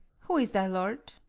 who is thy lord?